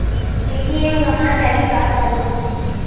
ATM गवां जाहि का करबो?